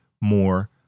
more